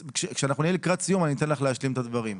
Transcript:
כשאנחנו נהיה לקראת סיום אני אתן לך להשלים את הדברים.